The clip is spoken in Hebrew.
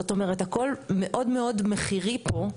זאת אומרת, הכול מאוד מאוד מחירי פה.